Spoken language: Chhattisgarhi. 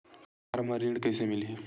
कार म ऋण कइसे मिलही?